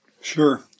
Sure